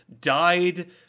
died